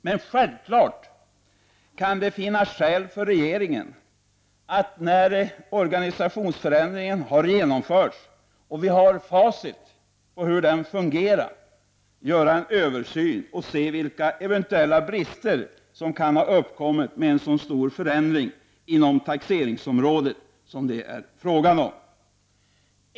Men självfallet kan det finnas skäl för regeringen, att, när organisationsförändringen har genomförts och vi har facit på hur den fungerar, göra en översyn för att se vilka eventuella brister som kan ha uppkommit med en så stor förändring inom taxeringsområdet som det är fråga om.